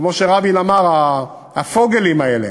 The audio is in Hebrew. כמו שרבין אמר "הפוגלים האלה",